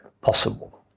possible